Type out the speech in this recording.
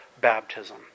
baptism